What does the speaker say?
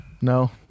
No